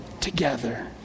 Together